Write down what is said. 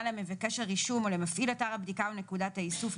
למבקש הרישום או למפעיל אתר הבדיקה או נקודת האיסוף,